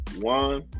one